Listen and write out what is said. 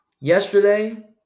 Yesterday